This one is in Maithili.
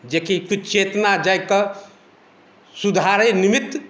जेकि किछु चेतना जागि कऽ सुधारै निमित्त